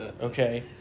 Okay